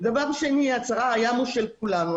הים הוא של כולנו.